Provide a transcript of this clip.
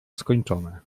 skończone